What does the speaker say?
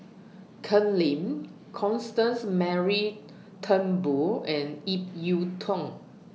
Ken Lim Constance Mary Turnbull and Ip Yiu Tung